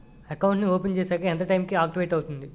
Account నీ open చేశాక ఎంత టైం కి ఆక్టివేట్ అవుతుంది?